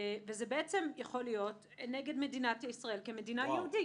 וזה יכול להיות נגד מדינת ישראל כמדינה יהודית.